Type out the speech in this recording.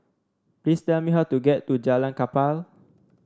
please tell me how to get to Jalan Kapal